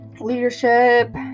leadership